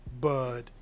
bud